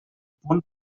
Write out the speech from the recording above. punt